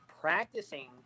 practicing